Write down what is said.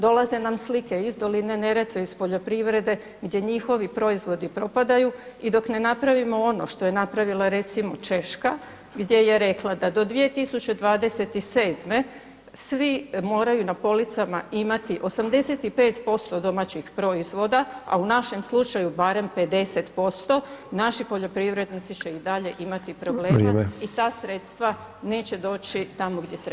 Dolaze nam slike iz doline Neretve, iz poljoprivrede, gdje njihovi proizvodi propadaju njihovi proizvodi propadaju i dok ne napravimo ono što je napravila recimo Češka gdje je rekla da do 2027. svi moraju na policama imati 85% domaćih proizvoda, a u našem slučaju barem 50% naši poljoprivrednici će i dalje imati problema i ta sredstva neće doći tamo gdje